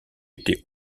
était